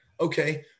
Okay